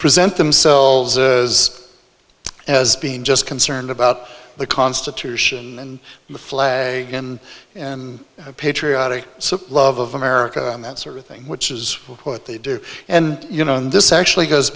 present themselves as as being just concerned about the constitution and the flag and patriotic love of america and that sort of thing which is what they do and you know and this actually goes